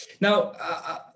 Now